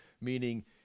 meaning